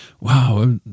wow